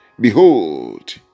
Behold